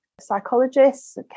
psychologists